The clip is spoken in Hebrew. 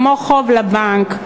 כמו חוב לבנק,